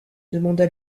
demanda